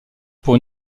pour